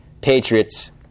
Patriots